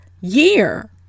year